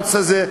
בערוץ הזה,